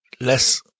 less